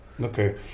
Okay